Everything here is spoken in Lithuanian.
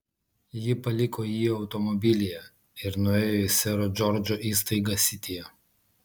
ji paliko jį automobilyje ir nuėjo į sero džordžo įstaigą sityje